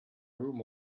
room